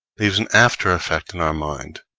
leaves an after-effect in our mind,